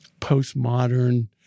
postmodern